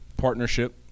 partnership